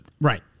Right